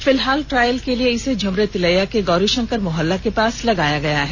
फिलहाल ट्रायल के लिए इसे झुमरीतिलैया के गौरीशंकर मोहल्ला के पास लगाया गया है